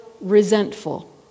resentful